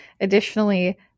Additionally